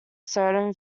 certain